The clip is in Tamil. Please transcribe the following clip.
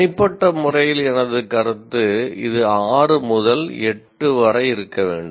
தனிப்பட்ட முறையில் எனது கருத்து இது 6 முதல் 8 வரை இருக்க வேண்டும்